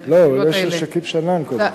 אולי של שכיב שנאן קודם?